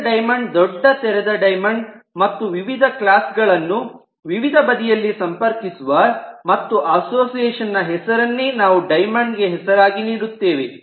ತೆರೆದ ಡೈಮಂಡ್ ದೊಡ್ಡ ತೆರೆದ ಡೈಮಂಡ್ ಮತ್ತು ವಿವಿಧ ಕ್ಲಾಸ್ ಗಳನ್ನು ವಿವಿಧ ಬದಿಯಲ್ಲಿ ಸಂಪರ್ಕಿಸಿ ಮತ್ತು ಅಸೋಸಿಯೇಷನ್ ನ ಹೆಸರೆನ್ನೆ ನಾವು ಡೈಮಂಡ್ ಗೆ ಹೆಸರಾಗಿ ನೀಡುತ್ತೇವೆ